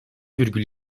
virgül